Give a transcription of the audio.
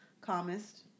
calmest